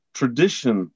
tradition